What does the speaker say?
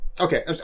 okay